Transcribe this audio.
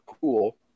cool